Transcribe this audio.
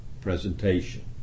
presentation